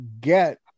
get